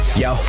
yo